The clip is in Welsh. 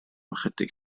ychydig